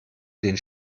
den